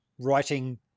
writing